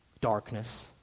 darkness